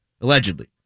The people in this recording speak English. allegedly